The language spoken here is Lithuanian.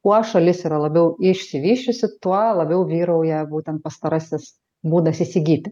kuo šalis yra labiau išsivysčiusi tuo labiau vyrauja būtent pastarasis būdas įsigyti